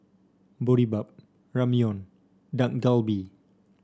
Boribap Ramyeon Dak Galbi